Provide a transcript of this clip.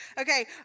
Okay